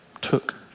took